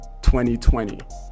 2020